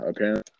Okay